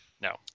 no